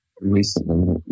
recently